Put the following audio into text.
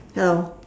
hello